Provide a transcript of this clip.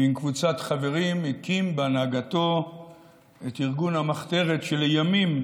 ועם קבוצת חברים הקים בהנהגתו את ארגון המחתרת שלימים